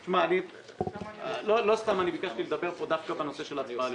אני יכול להמליץ פה או להמליץ בוועדה?